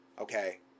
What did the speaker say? okay